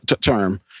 term